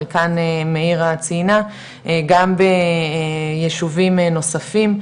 חלקן מאירה ציינה גם ביישובים נוספים,